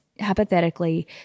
hypothetically